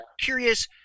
curious